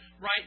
right